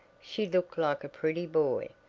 she looked like a pretty boy,